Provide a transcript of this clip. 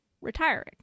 retiring